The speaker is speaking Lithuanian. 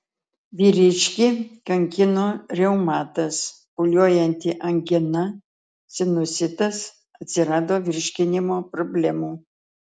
vyriškį kankino reumatas pūliuojanti angina sinusitas atsirado virškinimo problemų